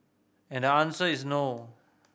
and the answer is no